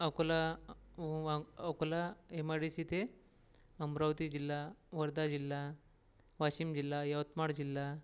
Akola Akola MIDC ते अमरावती जिल्हा वर्धा जिल्हा वाशिम जिल्हा यवतमाळ जिल्हा